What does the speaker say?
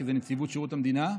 כי זה נציבות שירות המדינה,